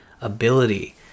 ability